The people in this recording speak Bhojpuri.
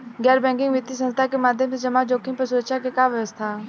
गैर बैंकिंग वित्तीय संस्था के माध्यम से जमा जोखिम पर सुरक्षा के का व्यवस्था ह?